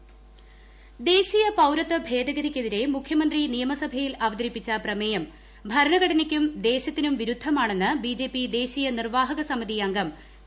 കൃഷ്ണദാസ് ദേശീയ പൌരത്വ ഭേദഗതിക്കെതിരെ മുഖ്യമന്ത്രി നിയമസഭയിൽ അവതരിപ്പിച്ച പ്രമേയം ഭരണഘടനയ്ക്കും ദേശത്തിനും വിരുദ്ധമാണെന്ന് ബിജെപി ദേശീയ നിർവാഹക സമിതി അംഗം പി